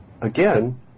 again